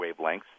wavelengths